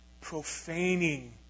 profaning